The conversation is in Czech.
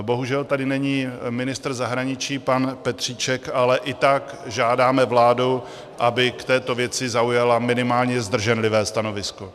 Bohužel tady není ministr zahraničí pan Petříček, ale i tak žádáme vládu, aby k této věci zaujala minimálně zdrženlivé stanovisko.